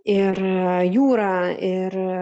ir jūra ir